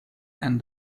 and